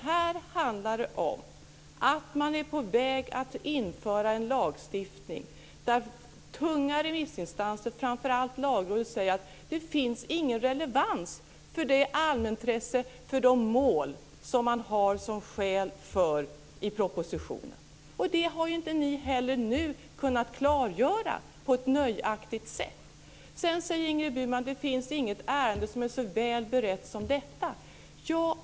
Här handlar det om att man är på väg att införa en lagstiftning där tunga remissinstanser, framför allt Lagrådet, säger att det inte finns någon relevans för det allmänintresse, de mål, som man har som skäl i propositionen. Det har ni inte heller nu kunnat klargöra på ett nöjaktigt sätt. Sedan säger Ingrid Burman att det inte finns något ärende som är så väl berett som detta.